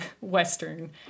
Western